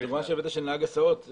הדוגמה שהבאת של נהג הסעות,